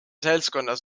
seltskonnas